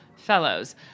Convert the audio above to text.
fellows